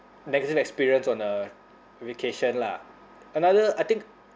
negative experience on a vacation lah another I think